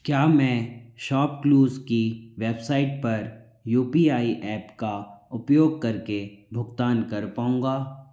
क्या मैं शॉपक्लूज़ की वेबसाइट पर यू पी आई ऐप का उपयोग कर के भुगतान कर पऊँगा